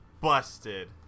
busted